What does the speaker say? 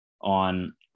on